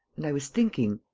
and i was thinking.